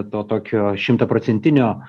to tokio šimtaprocentinio